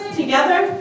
together